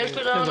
יש לי רעיונות.